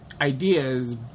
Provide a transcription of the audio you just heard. ideas